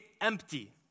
empty